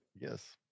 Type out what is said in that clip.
Yes